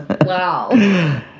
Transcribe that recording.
Wow